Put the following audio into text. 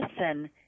listen